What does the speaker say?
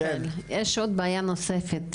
יש בעיה נוספת.